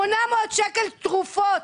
800 שקלים תרופות,